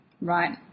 Right